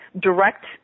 direct